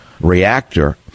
reactor